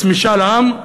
אז משאל עם?